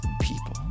people